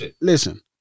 Listen